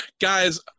Guys